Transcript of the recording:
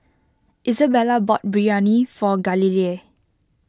Isabella bought Biryani for Galilea